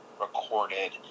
recorded